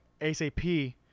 ASAP